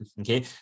Okay